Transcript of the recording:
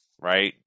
right